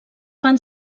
fan